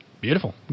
Beautiful